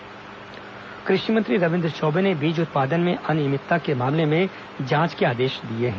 विधानसभा बीज उत्पादन कृषि मंत्री रविन्द्र चौबे ने बीज उत्पादन में अनियमितता के मामले में जांच के आदेश दिए हैं